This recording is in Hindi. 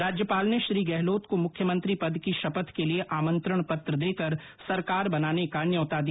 राज्यपाल ने श्री गहलोत को मुख्यमंत्री पद की षपथ के लिए आमन्त्रण पत्र देकर सरकार बनाने का न्यौता दिया